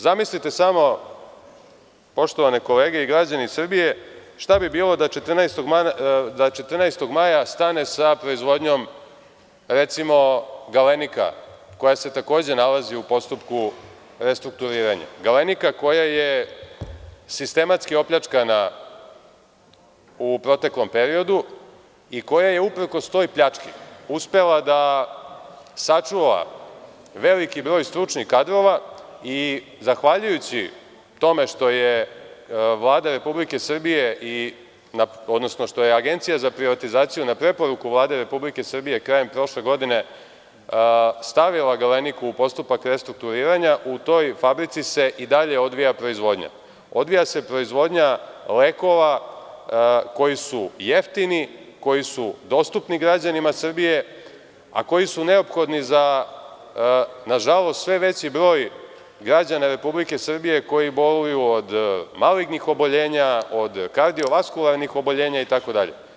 Zamislite samo, poštovane kolege i građani Srbije, šta bi bilo da 14. maja stane sa proizvodnjom, recimo, „Galenika“, koja se takođe nalazi u postupku restrukturiranja, „Galenika“ koja je sistematski opljačkana u proteklom periodu i koja je uprkos toj pljački uspela da sačuva veliki broj stručnih kadrova i zahvaljujući tome što je Vlada Republike Srbije, odnosno što je Agencija za privatizaciju na preporuku Vlade Republike Srbije krajem prošle godine stavila „Galeniku“ u postupak restrukturiranja, u toj fabrici se i dalje odvija proizvodnja, odvija se proizvodnja lekova koji su jeftini, dostupni građanima Srbije, a koji su neophodni za, nažalost, sve veći broj građana Republike Srbije koji boluju od malignih oboljenja, od kardiovaskularnih oboljenja itd.